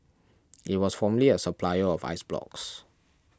it was formerly a supplier of ice blocks